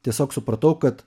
tiesiog supratau kad